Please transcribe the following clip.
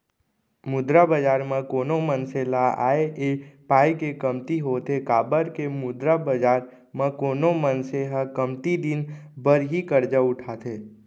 मुद्रा बजार म कोनो मनसे ल आय ऐ पाय के कमती होथे काबर के मुद्रा बजार म कोनो मनसे ह कमती दिन बर ही करजा उठाथे